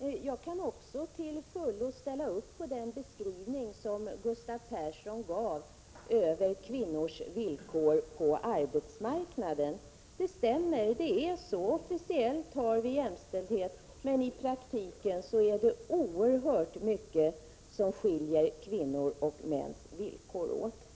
Även jag kan till fullo ställa upp på den beskrivning som Gustav Persson gav av kvinnors villkor på arbetsmarknaden. Den stämmer. Officiellt har vi jämställdhet, men i praktiken är det oerhört mycket som skiljer kvinnors och mäns villkor åt.